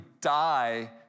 die